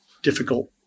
difficult